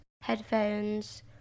headphones